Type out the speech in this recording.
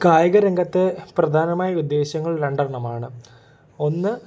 കായിക രംഗത്ത് പ്രധാനമായി ഉദ്ദേശങ്ങൾ രണ്ട് എണ്ണമാണ് ഒന്ന്